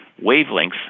wavelengths